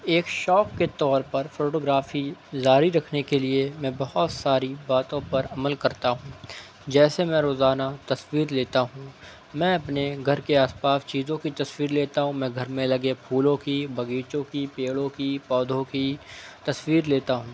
ایک شوق کے طور پر فوٹو گرافی جاری رکھنے کے لیے میں بہت ساری باتوں پر عمل کرتا ہوں جیسے میں روزانہ تصویر لیتا ہوں میں اپنے گھر کے آس پاس چیزوں کی تصویر لیتا ہوں میں گھر میں لگے پھولوں کی باغیچوں کی پیڑوں کی پودوں کی تصویر لیتا ہوں